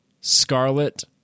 Scarlet